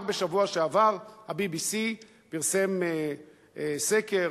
רק בשבוע שעבר ה-BBC פרסם סקר,